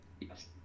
Yes